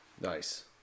Nice